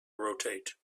rotate